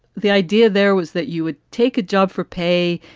the idea there was that you would take a job for pay.